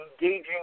engaging